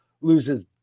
loses